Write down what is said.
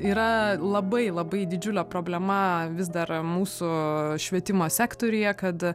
yra labai labai didžiulė problema vis dar mūsų švietimo sektoriuje kad